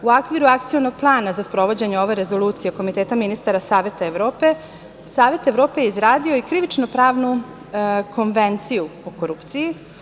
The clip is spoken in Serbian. U okviru Akcionog plana za sprovođenje ove Rezolucije Komiteta ministara Saveta Evrope, Savet Evrope je izradio i krivično-pravnu konvenciju o korupciji.